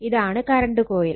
ഇതാണ് current coil